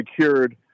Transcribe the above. secured